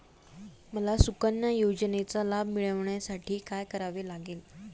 मला सुकन्या योजनेचा लाभ मिळवण्यासाठी काय करावे लागेल?